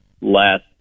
last